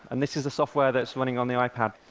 and this is a software that's running on the ipad.